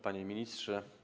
Panie Ministrze!